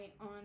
on